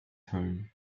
home